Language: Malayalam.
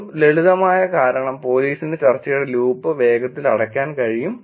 ഒരു ലളിതമായ കാരണം പോലീസിന് ചർച്ചയുടെ ലൂപ്പ് വേഗത്തിൽ അടയ്ക്കാൻ കഴിയും